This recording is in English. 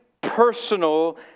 personal